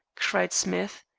cried smith.